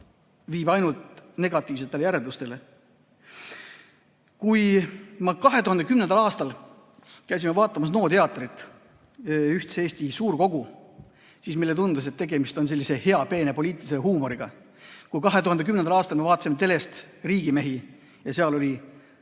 viib ainult negatiivsetele järeldustele. Kui me 2010. aastal käisime vaatamas NO teatri "Ühtse Eesti suurkogu", siis mulle tundus, et tegemist on sellise hea peene poliitilise huumoriga. Kui me 2010. aastal vaatasime telest "Riigimehi" ja seal oli